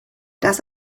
das